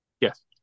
Yes